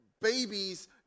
babies